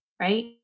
Right